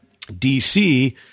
DC